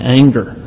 anger